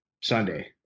Sunday